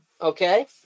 okay